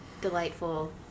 delightful